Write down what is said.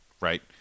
Right